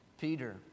Peter